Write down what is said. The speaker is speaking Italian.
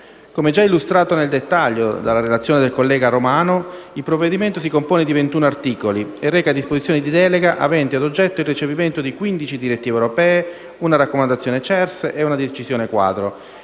Come già illustrato nel dettaglio dal collega Romano, il provvedimento si compone di 21 articoli e reca disposizioni di delega aventi ad oggetto il recepimento di 15 direttive europee, una raccomandazione CERS e una decisione quadro.